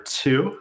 two